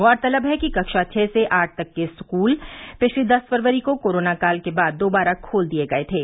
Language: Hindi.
गौरतलब है कि कक्षा छह से आठ तक के स्कूल पिछली दस फरवरी को कोरोना काल के बाद दोबारा खोल दिये गये थे